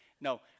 No